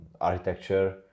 architecture